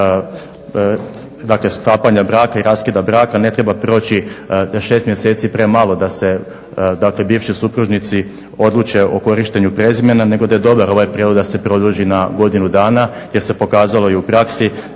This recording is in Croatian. dakle sklapanja braka i raskida braka ne treba proći da je 6 mjeseci premalo da se, dakle bivši supružnici odluče o korištenju prezimena nego da je dobar ovaj prijedlog da se produži na godinu dana jer se pokazalo i u praksi